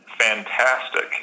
fantastic